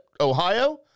Ohio